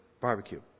barbecue